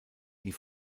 die